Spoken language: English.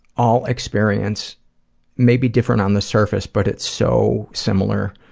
all experience may be different on the surface, but it's so similar